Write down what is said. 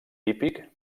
típic